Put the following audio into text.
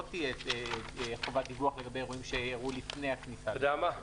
לא תהיה חובת דיווח לגבי אירועים שאירעו לפני הכניסה לתוקף.